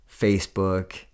facebook